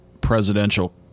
presidential